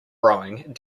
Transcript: rowing